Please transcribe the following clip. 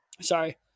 Sorry